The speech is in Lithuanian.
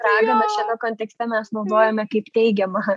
raganą šiame kontekste mes naudojome kaip teigiamą